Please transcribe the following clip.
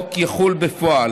להתארגן.